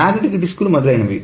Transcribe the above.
magnetic డిస్కులు మొదలైనవి